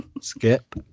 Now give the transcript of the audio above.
Skip